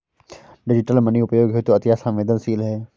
digital money उपयोग हेतु अति सवेंदनशील है